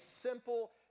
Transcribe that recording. simple